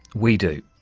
we do.